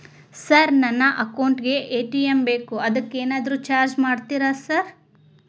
Sir ನನ್ನ account ಗೇ ATM ಬೇಕು ಅದಕ್ಕ ಏನಾದ್ರು ಚಾರ್ಜ್ ಮಾಡ್ತೇರಾ ಸರ್?